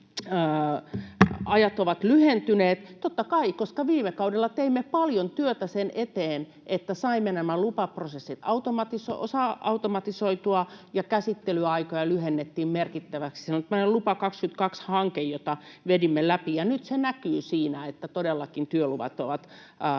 ajat ovat lyhentyneet: Totta kai, koska viime kaudella teimme paljon työtä sen eteen, että saimme nämä lupaprosessit osa-automatisoitua ja käsittelyaikoja lyhennettiin merkittävästi. Se oli tämmöinen Lupa 22 ‑hanke, jota vedimme läpi, ja nyt se näkyy siinä, että todellakin työluvat ovat lyhentyneet.